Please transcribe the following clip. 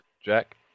Jack